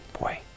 boy